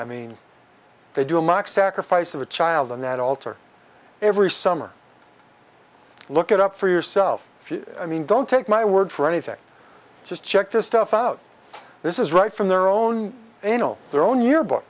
i mean they do a mock sacrifice of a child on that altar every summer look it up for yourself if you i mean don't take my word for anything just check this stuff out this is right from their own anal their own year